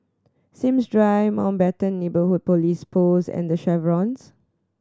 Sims Drive Mountbatten Neighbourhood Police Post and The Chevrons